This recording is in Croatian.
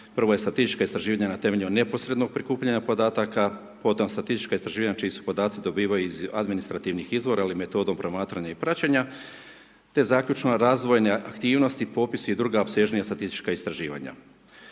prvo je statističko istraživanje na temelju neposrednog prikupljanja podataka, potom statistička istraživanja čiji se podaci dobivaju iz administrativnih izvora ili metodom promatranja i praćenja te zaključno razvojne aktivnosti, popisi i druga opsežnija statistička istraživanja.